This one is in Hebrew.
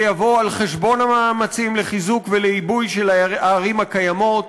זה יבוא על חשבון המאמצים לחיזוק ולעיבוי של הערים הקיימות,